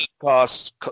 cost